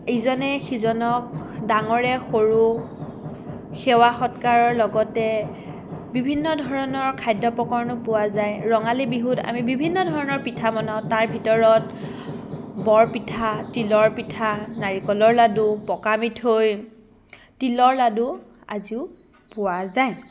ইজনে সিজনক ডাঙৰে সৰু সেৱা সৎকাৰৰ লগতে বিভিন্ন ধৰণৰ খাদ্য প্ৰকৰণো পোৱা যায় ৰঙালী বিহুত আমি বিভিন্ন ধৰণৰ পিঠা বনাওঁ তাৰ ভিতৰত বৰপিঠা তিলৰ পিঠা নাৰিকলৰ লাডু পকা মিঠৈ তিলৰ লাডু আজিও পোৱা যায়